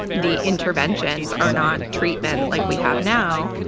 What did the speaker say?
the interventions are not treatment like we have now.